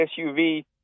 SUV